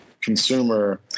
Consumer